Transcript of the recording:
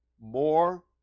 more